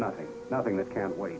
nothing nothing that can't wait